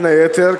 בין היתר,